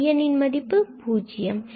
bn2இவற்றின் மதிப்பு பூஜ்யம்